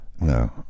No